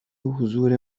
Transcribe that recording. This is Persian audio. حضور